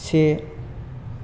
से